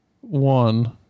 one